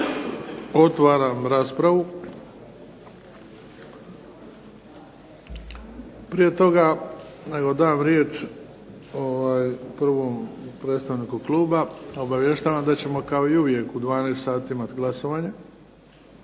Otvaram raspravu. Prije toga nego dam riječ prvom predstavniku kluba obavještavam da ćemo kao i uvijek u 12 sati imati glasovanje